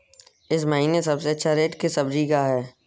इस महीने सबसे अच्छा रेट किस सब्जी का है?